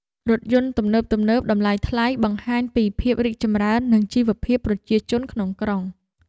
រថយន្តទំនើបៗតម្លៃថ្លៃបង្ហាញពីភាពរីកចម្រើននៃជីវភាពប្រជាជនក្នុងក្រុង។